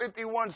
51